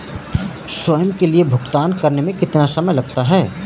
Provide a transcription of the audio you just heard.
स्वयं के लिए भुगतान करने में कितना समय लगता है?